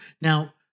Now